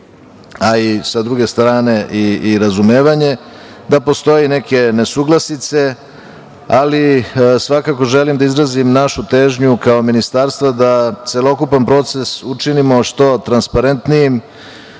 a i sa druge strane i razumevanje, da postoje neke nesuglasice, ali svakako želim da izrazim našu težnju kao Ministarstva da celokupan proces učinimo što transparentnijim,